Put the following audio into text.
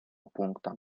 пункта